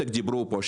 דיברו פה על הייטק.